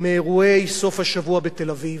מאירועי סוף השבוע בתל-אביב.